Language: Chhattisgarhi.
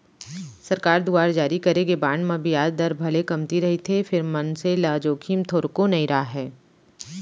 सरकार दुवार जारी करे गे बांड म बियाज दर ह भले कमती रहिथे फेर मनसे ल जोखिम थोरको नइ राहय